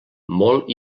molt